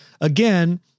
Again